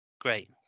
Great